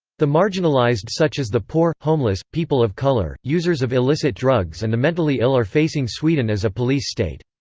the marginalised such as the poor, homeless, people of colour, users of illicit drugs and the mentally ill are facing sweden as a police state.